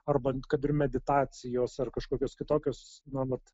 arba kad ir meditacijos ar kažkokios kitokios na vat